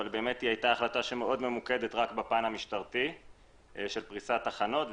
אבל זו הייתה החלטה שמאוד ממוקדת רק בפן המשטרתי של פרישת תחנות,